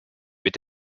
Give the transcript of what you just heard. mit